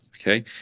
Okay